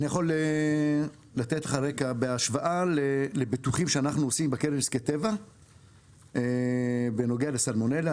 אני יכול לתת לך רקע בהשוואה לביטוחים בקרן לנזקי טבע בנוגע לסלמונלה,